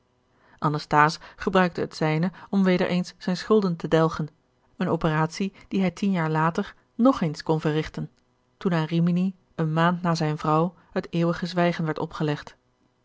anasthase gebruikte het zijne om weder eens zijne schulden te delgen eene operatie die hij tien jaar later nog eens kon verrigten toen aan rimini eene maand na zijne vrouw het eeuwige zwijgen werd opgelegd